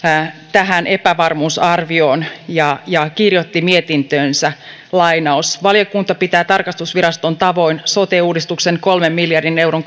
tähän epävarmuusarvioon ja ja kirjoitti mietintöönsä valiokunta pitää tarkastusviraston tavoin sote uudistuksen kolmen miljardin euron